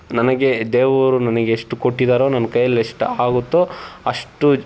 ನನಗೆ ದೇವರು ನನಗೆ ಎಷ್ಟು ಕೊಟ್ಟಿದ್ದಾರೋ ನನ್ನ ಕೈಯಲ್ಲಿ ಎಷ್ಟಾಗುತ್ತೋ ಅಷ್ಟು